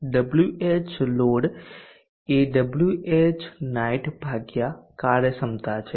Whload એ Whnight ભાગ્યા કાર્યક્ષમતા છે